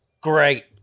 great